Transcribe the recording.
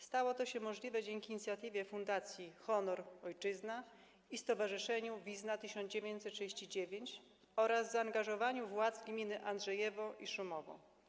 Stało to się możliwe dzięki inicjatywie Fundacji „Honor, Ojczyzna” i Stowarzyszeniu „Wizna 1939” oraz zaangażowaniu władz gmin Andrzejewo i Szumowo.